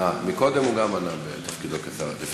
כשר התיירות.